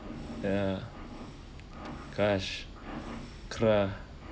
ya gosh kra~